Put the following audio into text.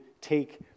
take